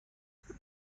باید